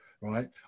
right